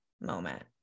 moment